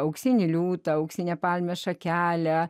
auksinį liūtą auksinę palmės šakelę